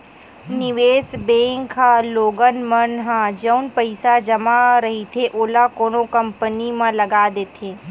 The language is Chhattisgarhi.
निवेस बेंक ह लोगन मन ह जउन पइसा जमा रहिथे ओला कोनो कंपनी म लगा देथे